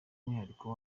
umwihariko